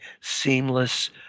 seamless